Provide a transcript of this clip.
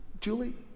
Julie